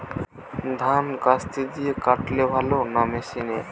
ধান কাস্তে দিয়ে কাটলে ভালো না মেশিনে?